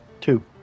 Two